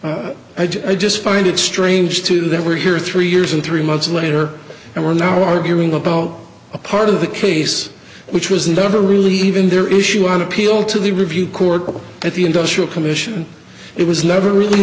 i just find it strange to that we're here three years and three months later and we're now arguing about a part of the case which was never really even their issue on appeal to the review court that the industrial commission it was never really